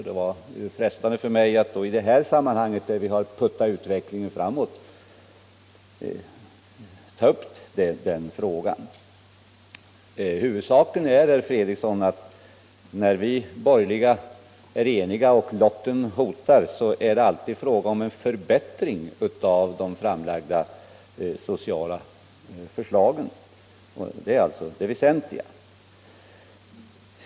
Det var då frestande för mig att i detta sammanhang, där vi har puttat utvecklingen framåt, ta upp den saken. Huvudsaken är, herr Fredriksson, att när vi borgerliga är eniga och lottning hotar, så är det alltid fråga om en förbättring av de framlagda sociala förslagen. Det är det väsentliga.